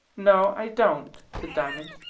no, i don't, said diamond,